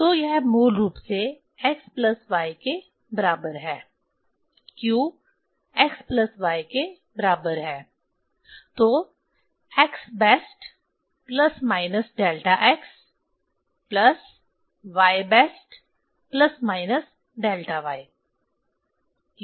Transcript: तो यह मूल रूप से x प्लस y के बराबर है q x प्लस y के बराबर है तो x best plus minus delta x plus y best plus minus delta y